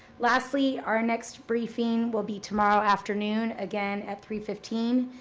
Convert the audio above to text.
lastly, our next briefing will be tomorrow afternoon, again at three fifteen.